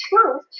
truth